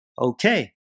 Okay